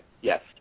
Yes